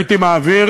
הייתי מעביר